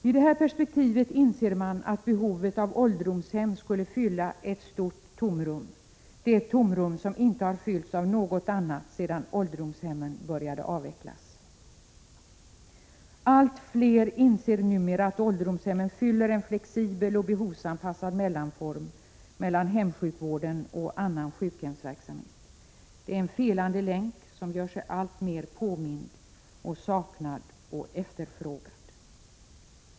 I det här perspektivet inser man att tillgodoseende av behovet av ålderdomshem skulle fylla ett stort tomrum, ett tomrum som inte fyllts av något annat sedan ålderdomshemmen började avvecklas. Allt fler inser numer att ålderdomshemmen utgör en flexibel och behovsanpassad mellanform mellan hemsjukvården och annan sjukhemsverksamhet. Det är en felande länk som gör sig alltmer påmind och som är saknad och efterfrågad.